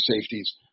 safeties